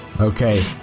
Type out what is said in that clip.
Okay